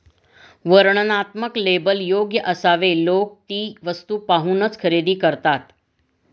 वर्णनात्मक लेबल योग्य असावे लोक ती वस्तू पाहूनच खरेदी करतात